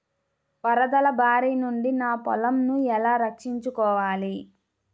వరదల భారి నుండి నా పొలంను ఎలా రక్షించుకోవాలి?